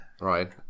Right